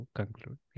conclude